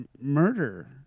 murder